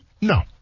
No